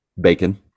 Bacon